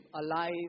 alive